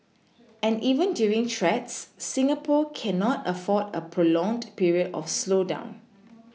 and even during threats Singapore cannot afford a prolonged period of slowdown